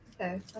Okay